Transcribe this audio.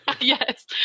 Yes